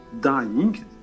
dying